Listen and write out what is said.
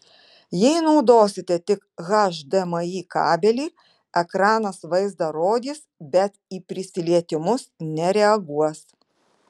jei naudosite tik hdmi kabelį ekranas vaizdą rodys bet į prisilietimus nereaguos